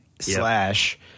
Slash